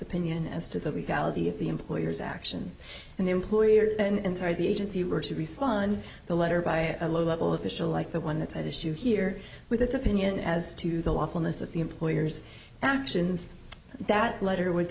opinion as to the legality of the employer's actions and the employer and started the agency were to respond the letter by a lower level official like the one that's at issue here with its opinion as to the lawfulness of the employer's actions that letter would